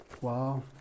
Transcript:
Wow